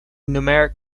numeric